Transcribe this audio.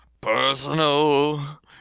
personal